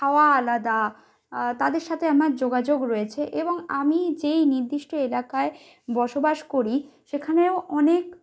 খাওয়া আলাদা তাদের সাথে আমার যোগাযোগ রয়েছে এবং আমি যেই নির্দিষ্ট এলাকায় বসবাস করি সেখানেও অনেক